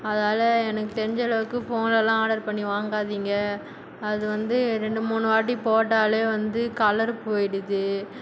அதனால எனக்கு தெரிஞ்ச அளவுக்கு ஃபோன்லலாம் ஆர்டர் பண்ணி வாங்காதிங்க அது வந்து ரெண்டு மூணு வாட்டி போட்டாலே வந்து கலரு பண்ணிபோயிவிடுது